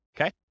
Okay